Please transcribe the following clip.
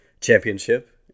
Championship